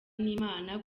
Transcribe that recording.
n’imana